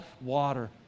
water